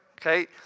okay